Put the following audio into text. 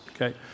okay